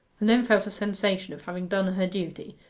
and then felt a sensation of having done her duty,